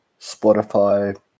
Spotify